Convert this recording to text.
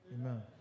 Amen